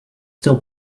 still